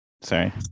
Sorry